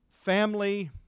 family